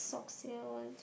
socks here one